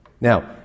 Now